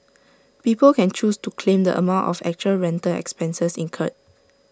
people can choose to claim the amount of actual rental expenses incurred